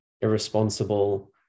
irresponsible